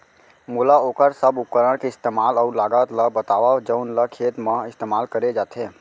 मोला वोकर सब उपकरण के इस्तेमाल अऊ लागत ल बतावव जउन ल खेत म इस्तेमाल करे जाथे?